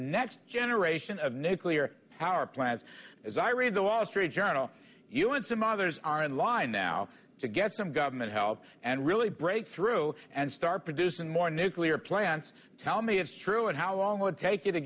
next generation of nuclear power plants as i read the wall street journal you and some others are in line now to get some government help and really breakthrough and start producing more nuclear plants tell me it's true and how long will it take you to